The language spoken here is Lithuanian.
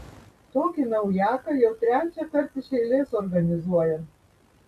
tokį naujaką jau trečiąkart iš eilės organizuojam